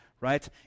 Right